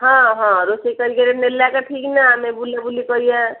ହଁ ହଁ ରୋଷେଇ କରିକି ନେଲେ ଏକା ଠିକ ନା ଆମେ ବୁଲାବୁଲି କରିବା